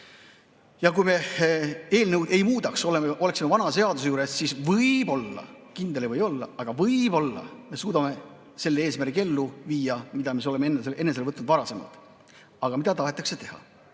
Ja kui me eelnõu ei muudaks, oleksime vana seaduse juures, siis võib-olla, kindel ei või olla, aga võib-olla me suudaksime selle eesmärgi ellu viia, mida me oleme enesele võtnud varasemalt. Aga mida tahetakse teha?